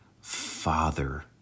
Father